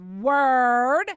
word